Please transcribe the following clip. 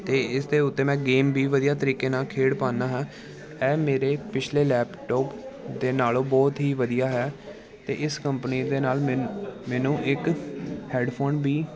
ਅਤੇ ਇਸ ਦੇ ਉੱਤੇ ਮੈਂ ਗੇਮ ਵੀ ਵਧੀਆ ਤਰੀਕੇ ਨਾਲ ਖੇਡ ਪਾਉਂਦਾ ਹਾਂ ਇਹ ਮੇਰੇ ਪਿਛਲੇ ਲੈਪਟੋਪ ਦੇ ਨਾਲੋਂ ਬਹੁਤ ਹੀ ਵਧੀਆ ਹੈ ਅਤੇ ਇਸ ਕੰਪਨੀ ਦੇ ਨਾਲ ਮੈਨ ਮੈਨੂੰ ਇੱਕ ਹੈਡਫੋਨ ਵੀ